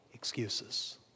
excuses